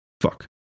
Fuck